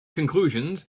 conclusions